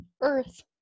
Earth